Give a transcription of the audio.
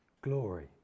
glory